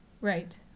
Right